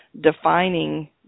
defining